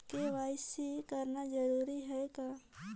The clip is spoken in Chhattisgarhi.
के.वाई.सी कराना जरूरी है का?